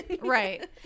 Right